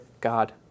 God